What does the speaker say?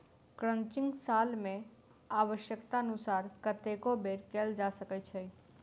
crutching साल मे आव्श्यकतानुसार कतेको बेर कयल जा सकैत छै